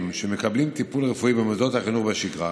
שמקבלים טיפול רפואי במוסדות החינוך בשגרה